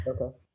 Okay